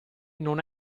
non